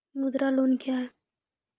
मुद्रा लोन क्या हैं?